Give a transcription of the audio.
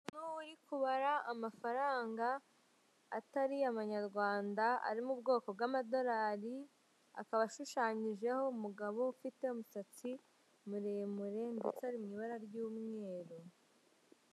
Umuntu uri kubara amafaranga atari amanyarwanda ari mu bwoko bw'amadorari akaba ashushanyijeho umugabo ufite umusatsi muremure ndetse ari mu ibara ry'umweru.